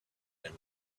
been